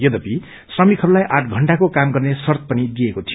यद्यपि श्रमिकहरूलाई आठ घण्टाको काम गर्ने शर्त पनि दिइएको थियो